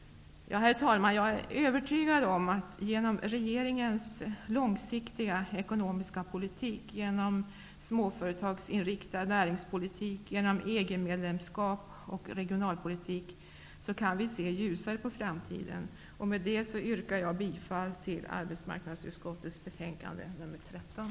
Herr talman! Jag är övertygad om att vi genom regeringens långsiktiga ekonomiska politik, genom småföretagsinriktad näringspolitik, genom EG medlemskap och genom regionalpolitik kan se ljusare på framtiden. Med det anförda yrkar jag bifall till hemställan i arbetsmarknadsutskottets betänkande AU13.